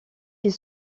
est